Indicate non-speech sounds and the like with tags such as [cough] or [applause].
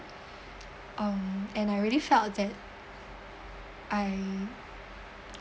um and I really felt that I [noise]